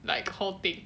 like whole thing